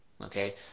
Okay